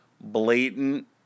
blatant